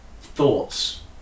thoughts